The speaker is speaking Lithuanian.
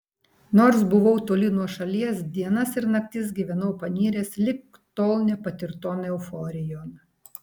nors buvau toli nuo šalies dienas ir naktis gyvenau paniręs lig tol nepatirton euforijon